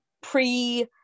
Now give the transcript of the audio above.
pre-